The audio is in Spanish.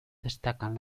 destacan